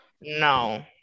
No